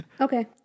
Okay